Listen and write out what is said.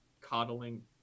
coddling